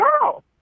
girl